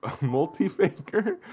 multi-faker